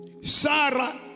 Sarah